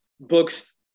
books